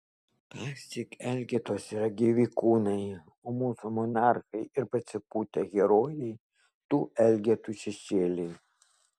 tąsyk elgetos yra gyvi kūnai o mūsų monarchai ir pasipūtę herojai tų elgetų šešėliai